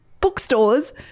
bookstores